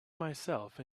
myself